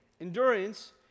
endurance